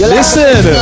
Listen